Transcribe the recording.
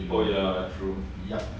oh ya true